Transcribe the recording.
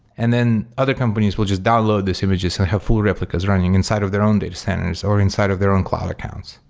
and then other companies will just download these images and have full replicas running inside of their own data center or inside of their own cloud accounts.